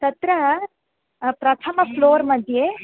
तत्र प्रथमं फ़्लोर् मध्ये